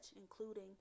including